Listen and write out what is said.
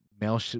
male